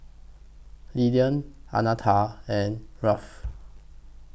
Lillian Annetta and Ralph